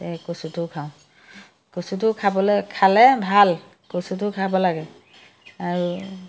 তে কচুটো খাওঁ কচুটো খাবলৈ খালে ভাল কচুটো খাব লাগে আৰু